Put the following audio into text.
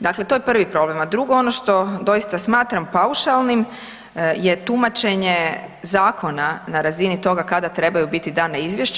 Dakle, to je prvi problem, a drugo ono što doista smatram paušalnim je tumačenje zakona na razini toga kada trebaju biti dana izvješća.